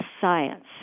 science